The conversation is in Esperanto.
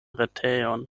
retejon